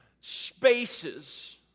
spaces